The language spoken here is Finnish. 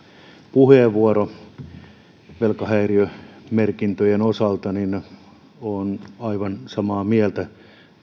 puheenvuoron kanssa velkahäiriömerkintöjen osalta olen aivan samaa mieltä